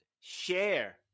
share